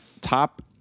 top